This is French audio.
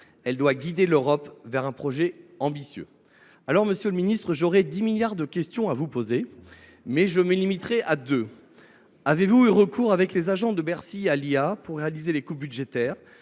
Elle doit guider l’Europe vers un projet ambitieux. » Monsieur le ministre, j’aurais dix milliards de questions à vous poser, mais je me limiterai à deux. Avec les agents de Bercy, avez vous eu recours à l’IA pour réaliser les coupes budgétaires,